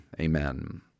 Amen